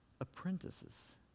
apprentices